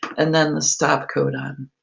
and then the stop codon.